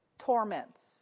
torments